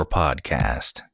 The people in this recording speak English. podcast